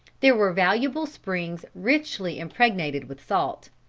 there were valuable springs richly impregnated with salt.